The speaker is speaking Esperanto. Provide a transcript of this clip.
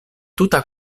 tuta